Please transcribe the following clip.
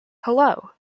hello